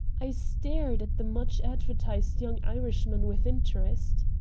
i stared at the much-advertised young irishman with interest.